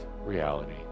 reality